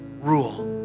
rule